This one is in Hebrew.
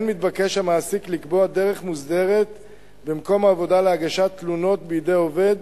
כן מתבקש המעסיק לקבוע דרך מוסדרת במקום העבודה להגשת תלונות בידי עובד